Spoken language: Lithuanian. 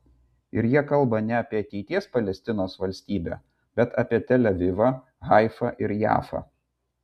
ir jie kalba ne apie ateities palestinos valstybę bet apie tel avivą haifą ir jafą